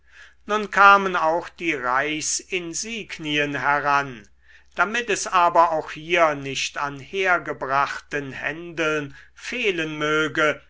nun kamen auch die reichsinsignien heran damit es aber auch hier nicht an hergebrachten händeln fehlen möge